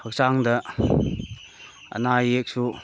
ꯍꯛꯆꯥꯡꯗ ꯑꯅꯥ ꯑꯌꯦꯛꯁꯨ